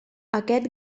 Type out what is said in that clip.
aquest